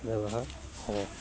ব্যৱহাৰ কৰে